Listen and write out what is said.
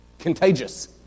contagious